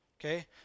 okay